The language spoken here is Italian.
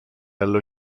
allo